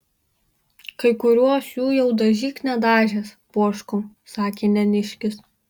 kai kuriuos jų jau dažyk nedažęs poškau sakė neniškis